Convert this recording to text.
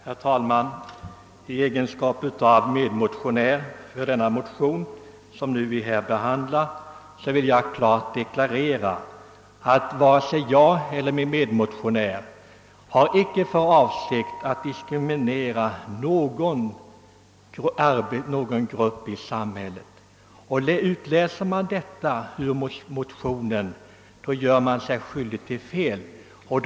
Herr talman! I egenskap av undertecknare av den motion som vi nu behandlar vill jag klart deklarera, att varken jag eller min medmotionär haft för avsikt att diskriminera någon grupp i samhället. Utläser man något sådant ur motionen, gör man sig skyldig till en feltolkning.